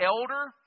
elder